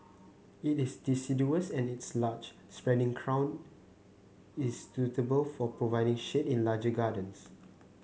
it is deciduous and its large spreading crown is suitable for providing shade in large gardens